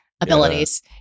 abilities